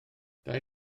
dau